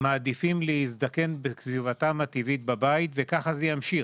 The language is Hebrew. מעדיפים להזדקן בסביבתם הטבעית בבית וכך זה ימשיך.